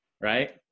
right